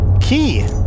Key